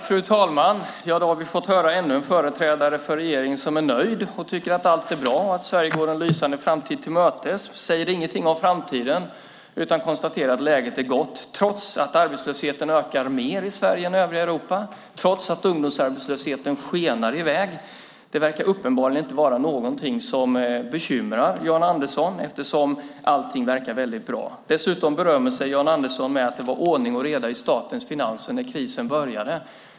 Fru talman! Då har vi fått höra ännu en företrädare för regeringen som är nöjd och tycker att allt är bra, att Sverige går en lysande framtid till mötes. Han säger ingenting om framtiden utan konstaterar att läget är gott, trots att arbetslösheten ökar mer i Sverige än i övriga Europa, trots att ungdomsarbetslösheten skenar i väg. Det verkar uppenbarligen inte vara någonting som bekymrar Jan Andersson eftersom allting verkar bra. Dessutom berömmer sig Jan Andersson med att det var ordning och reda i statens finanser när krisen började.